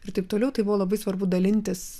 ir taip toliau tai buvo labai svarbu dalintis